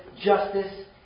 justice